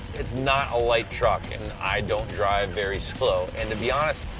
it's not a light truck, and i don't drive very slow. and to be honest,